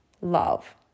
love